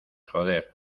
joder